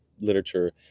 literature